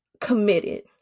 committed